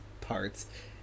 parts